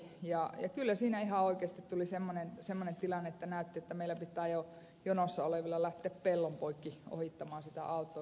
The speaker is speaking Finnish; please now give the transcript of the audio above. kyllä siinä ihan oikeasti tuli semmoinen tilanne että näytti että meidän jonossa olevien pitää jo lähteä pellon poikki ohittamaan sitä traktoria